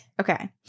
Okay